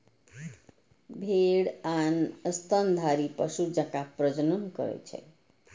भेड़ आन स्तनधारी पशु जकां प्रजनन करै छै